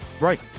Right